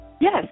Yes